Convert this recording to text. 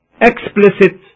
explicit